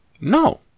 No